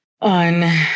on